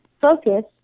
focus